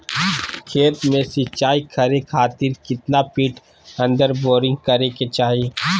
खेत में सिंचाई करे खातिर कितना फिट अंदर बोरिंग करे के चाही?